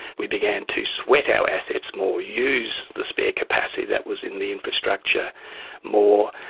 we began to sweat our assets more, use the spare capacity that was in the infrastructure more,